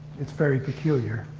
it's very peculiar.